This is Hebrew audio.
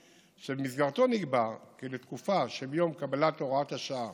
ובמסגרתו נקבע כי לתקופה שמיום קבלת הוראת השעה